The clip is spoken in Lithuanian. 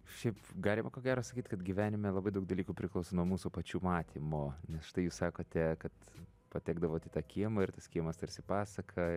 šiaip galima ko gero sakyt kad gyvenime labai daug dalykų priklauso nuo mūsų pačių matymo nes štai jūs sakote kad patekdavot į tą kiemą ir tas kiemas tarsi pasaka